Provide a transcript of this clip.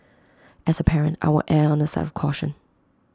as A parent I will err on the side of caution